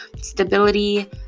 stability